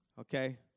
Okay